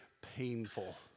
painful